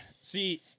See